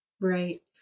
right